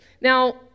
Now